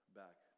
back